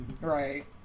Right